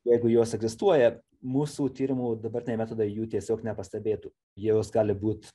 jeigu jos egzistuoja mūsų tyrimų dabartiniai metodai jų tiesiog nepastebėtų jos gali būt